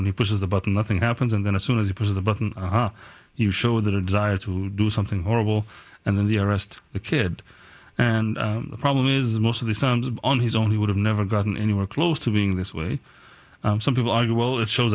when he pushes the button nothing happens and then as soon as you push the button you show their desire to do something horrible and then the rest the kid and the problem is most of the sound on his own he would have never gotten anywhere close to being this way some people argue well it shows